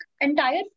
entire